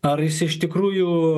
ar jis iš tikrųjų